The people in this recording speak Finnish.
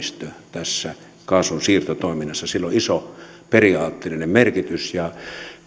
tässä kaasun siirtotoiminnassa sillä on iso periaatteellinen merkitys ja